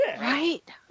Right